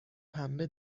پنبه